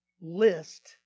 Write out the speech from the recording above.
list